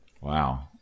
Wow